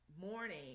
morning